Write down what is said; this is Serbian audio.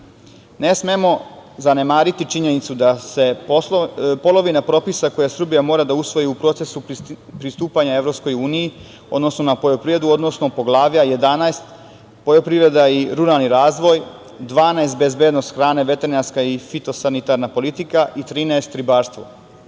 smemo zanemariti činjenicu da se polovina propisa koje Srbija mora da usvoji u procesu pristupanja EU odnosi na poljoprivredu, odnosno Poglavlja 11 – poljoprivreda i ruralni razvoj, Poglavlje 12 – bezbednost hrane, veterinarska i fitosanitarna politika i Poglavlje